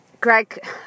Greg